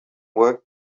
work